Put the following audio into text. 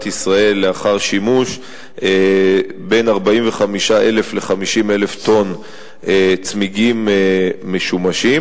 ישראל בין 45,000 ל-50,000 טונות צמיגים משומשים.